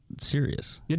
serious